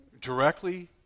directly